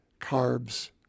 carbs